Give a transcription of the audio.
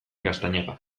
gaztañaga